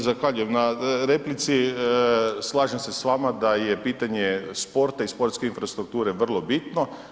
Dakle, zahvaljujem na replici, slažem se s vama da je pitanje sporta i sportske infrastrukture vrlo bitno.